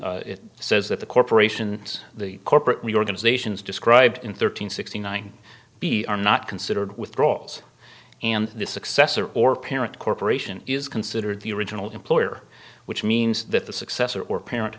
eight it says that the corporation the corporately organizations described in thirteen sixty nine b are not considered withdrawals and the successor or parent corporation is considered the original employer which means that the successor or parent